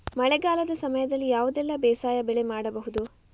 ಮಳೆಗಾಲದ ಸಮಯದಲ್ಲಿ ಯಾವುದೆಲ್ಲ ಬೇಸಾಯ ಬೆಳೆ ಮಾಡಬಹುದು?